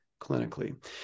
clinically